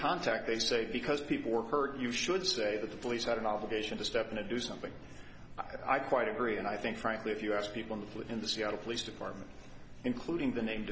contact they say because people were hurt you should say that the police had an obligation to step in and do something i quite agree and i think frankly if you ask people in the in the seattle police department including the name